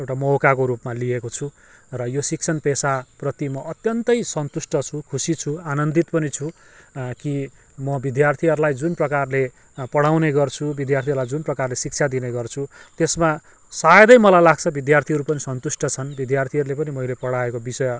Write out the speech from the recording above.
एउटा मौकाको रूपमा लिएको छु र यो शिक्षण पेसाप्रति म अत्यन्तै सन्तुष्ट छु खुसी छु आनन्दित पनि छु कि म विद्यार्थीहरूलाई जुन प्रकारले पढाउने गर्छु विद्यार्थीहरूलाई जुन प्रकारले शिक्षा दिने गर्छु त्यसमा सायदै मलाई लाग्छ विद्यार्थीहरू पनि सन्तुष्ट छन् विद्यार्थीहरूले पनि मैले पढाएको बिषय